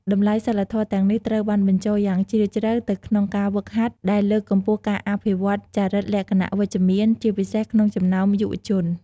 តម្លៃសីលធម៌ទាំងនេះត្រូវបានបញ្ចូលយ៉ាងជ្រាលជ្រៅទៅក្នុងការហ្វឹកហាត់ ដែលលើកកម្ពស់ការអភិវឌ្ឍន៍ចរិតលក្ខណៈវិជ្ជមាន ជាពិសេសក្នុងចំណោមយុវជន។